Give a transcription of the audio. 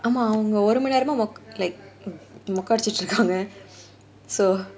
அவங்க ஒரு மணி நேரமா மொக்க அடிச்சிட்டு இருகாங்க:avanga oru mani neramaa mokka adichitu irukaanga so